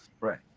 right